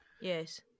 Yes